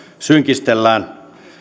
synkistelemme